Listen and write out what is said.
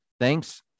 thanks